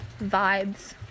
Vibes